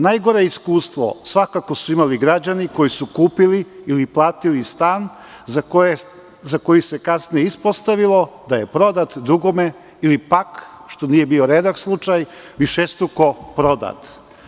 Najgore iskustvo svakako su imali građani koji su kupili ili platili stan za koji se kasnije ispostavilo da je prodat drugome, ili pak što nije bio redak slučaj, višestruko prodat.